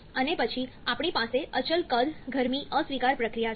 અને પછી આપણી પાસે અચલ કદ ગરમી અસ્વીકાર પ્રક્રિયા છે